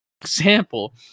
example